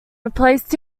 replaced